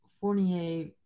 Fournier